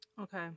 Okay